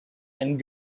and